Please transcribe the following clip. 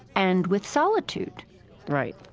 and with solitude right.